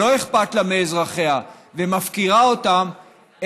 שלא אכפת לה מאזרחיה ומפקירה אותם,